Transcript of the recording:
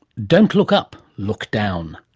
don't look up look down.